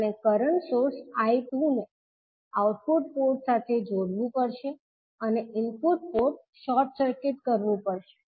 આપણે current source I2 ને output port સાથે જોડવું પડશે અને ઇનપુટ પોર્ટ શોર્ટ સર્કિટ કરવું પડશે